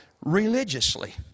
religiously